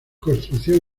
construcción